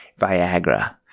Viagra